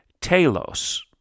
telos